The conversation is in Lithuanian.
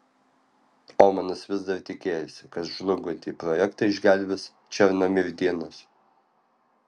omanas vis dar tikėjosi kad žlungantį projektą išgelbės černomyrdinas